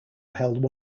held